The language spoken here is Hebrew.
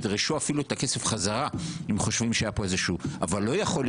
תדרשו את הכסף חזרה אבל לא יכול